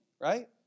right